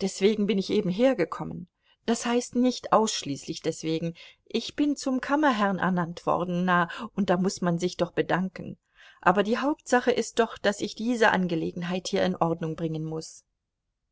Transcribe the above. deswegen bin ich eben hergekommen das heißt nicht ausschließlich deswegen ich bin zum kammerherrn ernannt worden na und da muß man sich doch bedanken aber die hauptsache ist doch daß ich diese angelegenheit hier in ordnung bringen muß